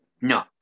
No